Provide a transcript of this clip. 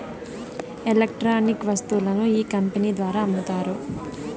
electronic వస్తువులను ఈ company ద్వారా అమ్ముతారు